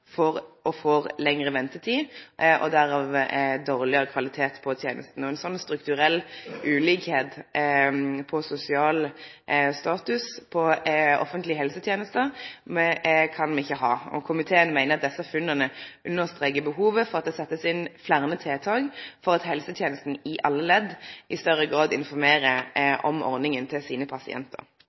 får lengre ventetid og dermed dårlegare kvalitet på tenesta. Ein slik strukturell ulikheit i sosial status når det gjeld offentlege helsetenester, kan me ikkje ha. Komiteen meiner desse funna understrekar behovet for at det blir sett inn fleire tiltak for at helsetenesta i alle ledd i større grad informerer om ordninga til sine pasientar.